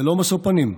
ללא משוא פנים,